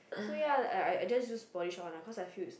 so ya I I just polish on because I feels is not